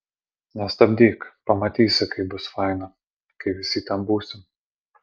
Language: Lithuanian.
nestabdyk pamatysi kaip bus faina kai visi ten būsim